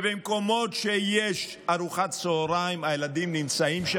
במקומות שיש בהם ארוחת צוהריים, הילדים נמצאים.